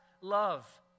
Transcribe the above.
love